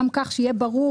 גם אני הסכמתי לזה.